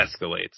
escalates